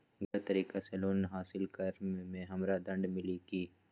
गलत तरीका से लोन हासिल कर्म मे हमरा दंड मिली कि?